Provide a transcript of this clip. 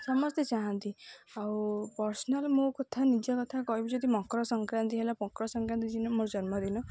ସମସ୍ତେ ଚାହାନ୍ତି ଆଉ ପର୍ସନାଲ୍ ମୋ କଥା ନିଜ କଥା କହିବି ଯଦି ମକର ସଂକ୍ରାନ୍ତି ହେଲା ମକର ସଂକ୍ରାନ୍ତି ଦିନ ମୋର ଜନ୍ମଦିନ